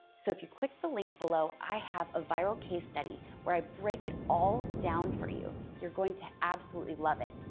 so if you click the link below, i have a viral case study where i break it all down for you. you're going to absolutely love it,